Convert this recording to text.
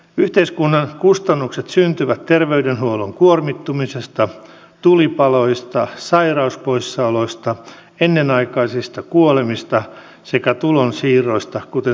yhteiskunnan kustannukset syntyvät terveydenhuollon kuormittumisesta tulipaloista sairauspoissaoloista ennenaikaisista kuolemista sekä tulonsiirroista kuten sairauspäivärahoista